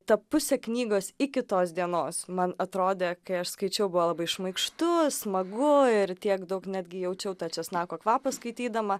ta pusė knygos iki tos dienos man atrodė kai aš skaičiau buvo labai šmaikštu smagu ir tiek daug netgi jaučiau tą česnako kvapą skaitydama